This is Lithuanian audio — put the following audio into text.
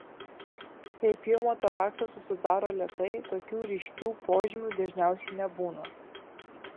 jei pneumotoraksas susidaro lėtai tokių ryškių požymių dažniausiai nebūna